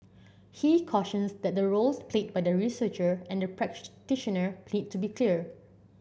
he cautions that the roles played by the researcher and the practitioner to be clear